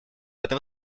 этом